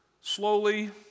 slowly